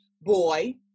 boy